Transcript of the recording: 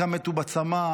חלקם מתו בצמא.